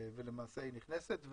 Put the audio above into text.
ולמעשה היא נכנסת.